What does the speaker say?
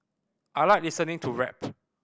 I like listening to rap